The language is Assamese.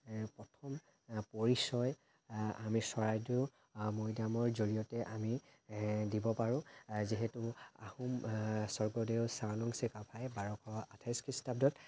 প্ৰথম পৰিচয় আমি চৰাইদেউ মৈদামৰ জৰিয়তে অমি দিব পাৰোঁ যিহেতু আহোম স্বৰ্গদেউ চাউলুং চুকাফাই বাৰশ আঠাইশ খ্ৰীষ্টাব্দত